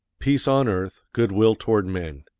peace on earth, good will toward men.